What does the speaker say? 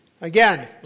Again